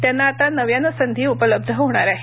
त्यांना आता नव्याने संधी उपलब्ध होणार आहे